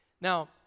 Now